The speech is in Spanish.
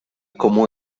como